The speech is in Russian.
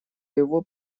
его